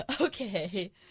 Okay